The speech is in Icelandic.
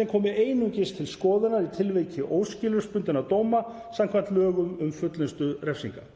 sem komi einungis til skoðunar í tilviki óskilorðsbundinna dóma samkvæmt lögum um fullnustu refsinga,